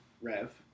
rev